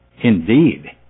Indeed